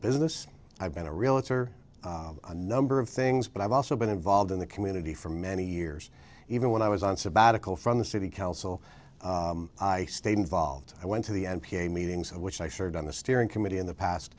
business i've been a real it's are a number of things but i've also been involved in the community for many years even when i was on sabbatical from the city council i stayed involved i went to the n p a meetings which i served on the steering committee in the past